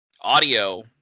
audio